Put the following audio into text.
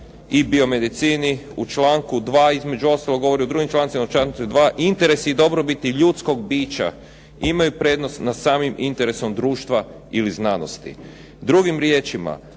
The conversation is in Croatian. o biomedicini u članku 2. između ostalog govori i u drugim člancima u članku 2. "Interesi i dobrobiti ljudskog bića, imaju prednost nad samim interesom društva ili znanosti". Drugim riječima,